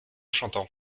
chantant